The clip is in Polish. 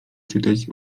czytać